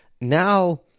now